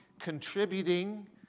contributing